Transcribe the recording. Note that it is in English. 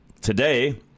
Today